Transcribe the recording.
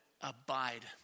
abide